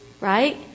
Right